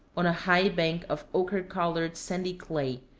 on a high bank of ochre-colored sandy clay,